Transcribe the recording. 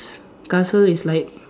castle is like